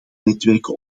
netwerken